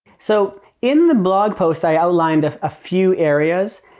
so in the blog post, i outlined a ah few areas.